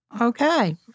Okay